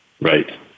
Right